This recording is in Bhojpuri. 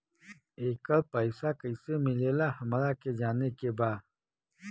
येकर पैसा कैसे मिलेला हमरा के जाने के बा?